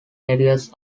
areas